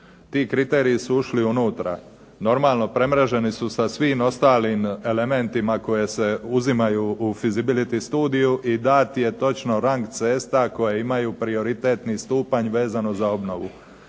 ti kriteriji su ušli unutra. Normalno, premreženi su sa svim ostalim elementima koji se uzimaju u visibility studiju i dat je točno rang cesta koje imaju prioritetni stupanj vezano za obnovu.